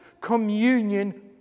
communion